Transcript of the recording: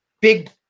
Big